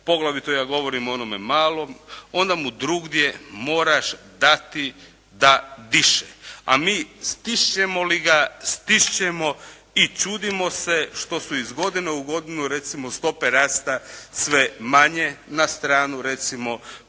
poglavito ja govorim o onome malom onda mu drugdje moraš dati da diše. A mi stišćemo li ga, stišćemo i čudimo se što su iz godine u godinu recimo stope rasta sve manje. Na stranu recimo